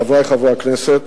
חברי חברי הכנסת,